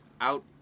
out